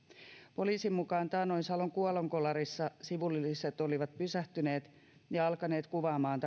poliisin mukaan taannoin salon kuolonkolarissa sivulliset olivat pysähtyneet ja alkaneet kuvaamaan